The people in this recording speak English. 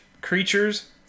creatures